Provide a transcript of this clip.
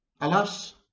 Alas